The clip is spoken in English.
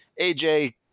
AJ